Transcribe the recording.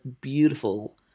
beautiful